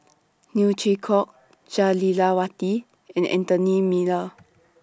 Neo Chwee Kok Jah Lelawati and Anthony Miller